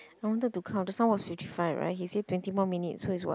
I wanted to count just now was fifty five right he say twenty more minutes so is what